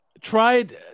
tried